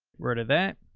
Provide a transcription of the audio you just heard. where to that?